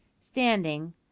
standing